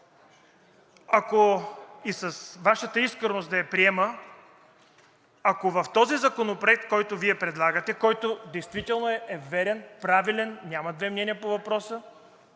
и Вашата искреност да приема, ако в този законопроект, който Вие предлагате, който действително е верен, правилен – няма две мнения по въпроса,